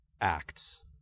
acts